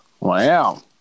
wow